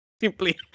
simply